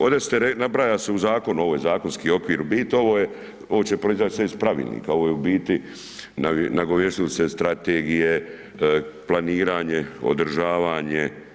Ode ste rekli, nabraja se u zakonu, ovo je zakonski okvir u biti, ovo je, ovo će proizać sve iz pravilnika, ovo je u biti nagovijestili ste strategije, planiranje, održavanje.